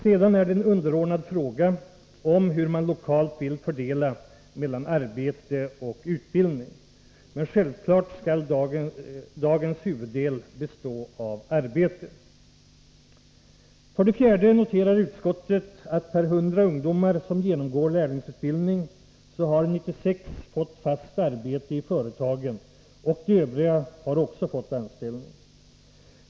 Sedan är det en underordnad fråga hur man lokalt vill fördela mellan arbete och utbildning — men självklart skall dagens huvuddel bestå av arbete. För det fjärde noterar utskottet att av 100 ungdomar som genomgått lärlingsutbildning har 96 fått fast arbete i företagen och att också de övriga har fått anställning.